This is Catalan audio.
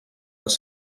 les